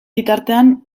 bitartean